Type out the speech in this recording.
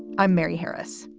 i'm mary harris.